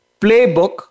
playbook